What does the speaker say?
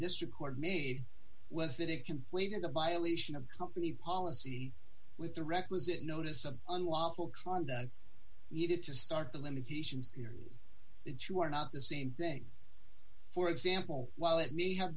district court made was that it conflated a violation of company policy with the requisite notice of unlawful conduct needed to start the limitations that you are not the same thing for example while it may have